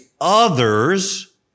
others